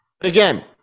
Again